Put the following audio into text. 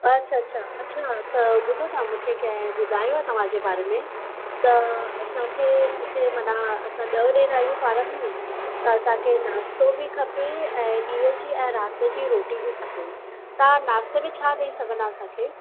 अच्छा अच्छा अच्छा त ॿुधो था मूंखे कंहिं ॿुधायो आहे तव्हांजे बारे में त असांखे मूंखे माना असां ॾह ॾेर आहियूं पाण में त असांखे नाश्तो बि खपे ऐं ॾींहं जी ऐं राति जी रोटी बि खपे तां नाश्ते में छा ॾेई सघंदा असांखे